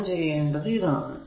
ഞാൻ ചെയ്യേണ്ടത് ഇതാണ്